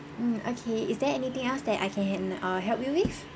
mm okay is there anything else that I can err help you with